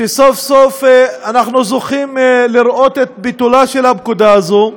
כשסוף-סוף אנחנו זוכים לראות את ביטולה של הפקודה הזו.